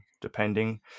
depending